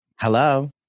Hello